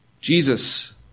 Jesus